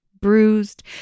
bruised